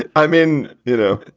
and i mean, you know,